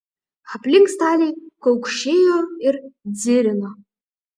aplink staliai kaukšėjo ir dzirino